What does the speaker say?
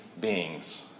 beings